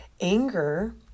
anger